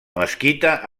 mesquita